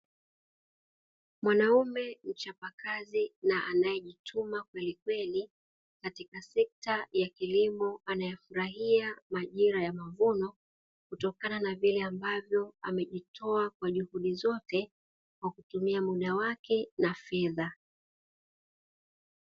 Mwanaume mchapakazi, na anaye jituma kwelikweli katika sekta ya kilimo, anayafurahia majira ya mavuno kutokana na vile ambavyo amejitoa kwa juhudi zote kwa kutumia muda wake na fedha.